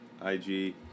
IG